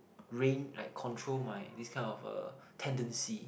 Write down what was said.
reign like control my this kind of uh tendency